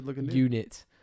unit